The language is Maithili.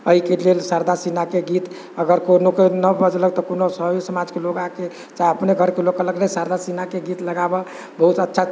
एहिके लेल शारदा सिन्हाके गीत अगर कोनोके नहि बजलक तऽ कोनो सभ्य समाजके लोक आके चाहे अपने घरके लोक कहलक नहि शारदा सिन्हाके गीत लगाबऽ बहुत अच्छा